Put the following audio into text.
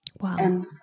Wow